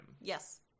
Yes